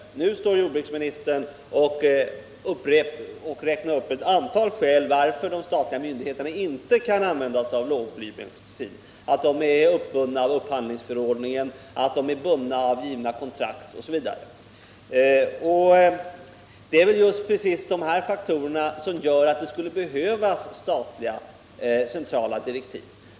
Men nu står jordbruksministern och räknar upp ett antal skäl till att de statliga myndigheterna inte kan använda sig av lågblybensin: att de är uppbundna av upphandlingsförordningen, att de är bundna av kontroll osv. Det är väl just de här faktorerna som gör att det skulle behövas statliga centrala direktiv.